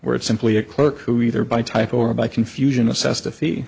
where it's simply a clerk who either by typo or by confusion assessed